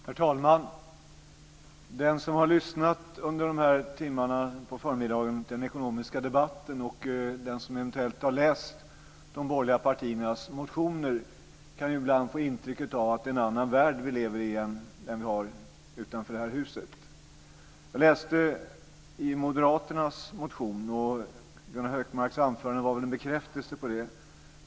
Herr talman! Den som har lyssnat under de här timmarna på förmiddagen till den ekonomiska debatten, och den som eventuellt har läst de borgerliga partiernas motioner kan ibland få intrycket av att det är en annan värld vi lever i än den vi har utanför det här huset. Gunnar Hökmarks anförande var väl en bekräftelse på det.